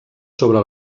sobre